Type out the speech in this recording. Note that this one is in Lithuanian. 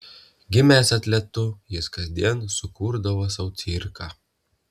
gimęs atletu jis kasdien sukurdavo sau cirką